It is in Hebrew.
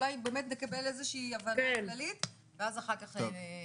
אולי באמת נקבל איזושהי הבהרה כללית ואז אחר כך נשמע.